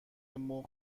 مرغ